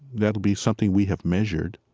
that'll be something we have measured,